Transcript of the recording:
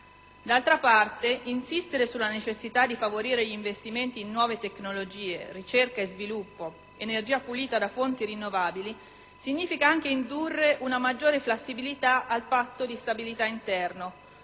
D'altra parte, insistere sulla necessità di favorire gli investimenti in nuove tecnologie, ricerca e sviluppo, energia pulita da fonti rinnovabili significa anche indurre una maggiore flessibilità al patto di stabilità interno,